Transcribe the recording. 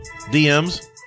DMs